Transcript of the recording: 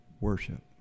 worship